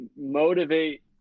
motivate –